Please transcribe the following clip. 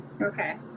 Okay